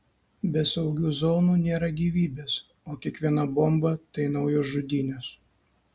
be saugių zonų nėra gyvybės o kiekviena bomba tai naujos žudynės